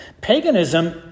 Paganism